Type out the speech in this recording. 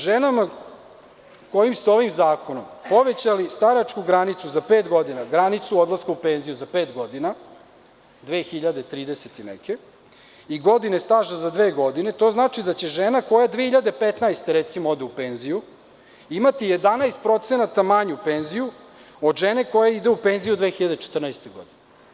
Ženama kojima ste ovim zakonom povećali staračku granicu odlaska u penziju za pet godina 2030. i neke i godine staža za dve godine, to znači da će žena koja 2015. godine ode u penziju imati 11% manju penziju od žene koja ide u penziju 2014. godine.